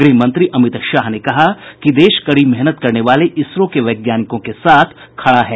गृहमंत्री अमित शाह ने कहा है कि देश कड़ी मेहनत करने वाले इसरो के वैज्ञानिकों के साथ खड़ा है